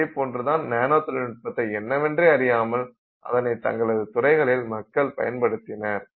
இதேபோன்றுதான் nano தொழில்நுட்பத்தை என்னவென்றே அறியாமல் அதனை தங்களது துறைகளில் மக்கள் பயன்படுத்தினர்